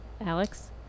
Alex